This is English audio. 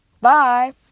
Bye